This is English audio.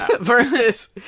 versus